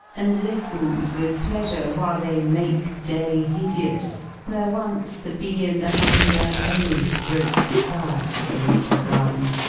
and listens with pleasure while they make day hideous where once the bee and the humming-bird only broke the quiet of the little garden.